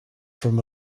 from